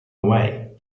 away